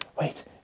Wait